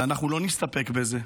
ואנחנו לא נסתפק בזה.